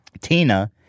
Tina